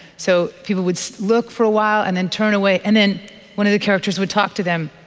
so people would look for a while and then turn away, and then one of the characters would talk to them.